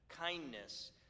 kindness